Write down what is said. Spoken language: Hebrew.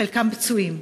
חלקם פצועים.